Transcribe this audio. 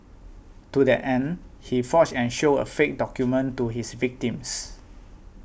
to that end he forged and showed a fake document to his victims